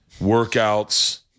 workouts